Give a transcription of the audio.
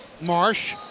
Marsh